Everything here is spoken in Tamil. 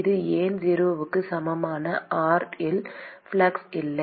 அது ஏன் 0 க்கு சமமான r இல் ஃப்ளக்ஸ் இல்லை